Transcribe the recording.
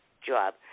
job